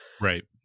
Right